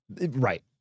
right